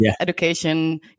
education